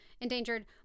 Endangered